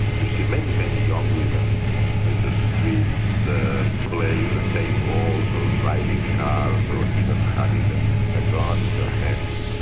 you see many, many young women in the streets playing the same roles, or driving cars or even having ah a gun in their hands,